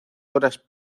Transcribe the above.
horas